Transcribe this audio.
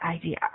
idea